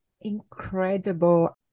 incredible